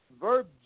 Verb